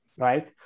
right